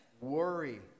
worry